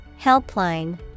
Helpline